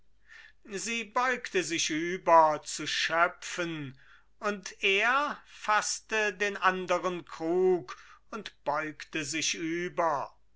sie beugte sich über zu schöpfen und er faßte den anderen krug und beugte sich über